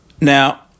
Now